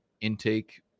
intake